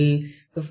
M45 57